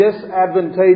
disadvantageous